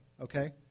okay